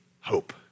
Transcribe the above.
Hope